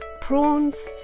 prawns